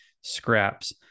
scraps